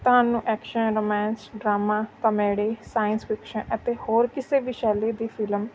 ਤੁਹਾਨੂੰ action romance drama comedy science fiction ਅਤੇ ਹੋਰ ਕਿਸੇ ਵੀ ਸ਼ੈਲੀ ਦੀ ਫਿਲਮ